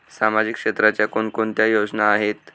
सामाजिक क्षेत्राच्या कोणकोणत्या योजना आहेत?